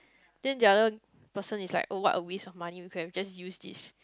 then the other person is like oh what a waste of money we could have just used this